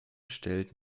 stellt